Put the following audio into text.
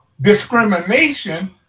discrimination